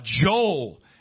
Joel